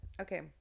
okay